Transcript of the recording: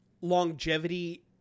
longevity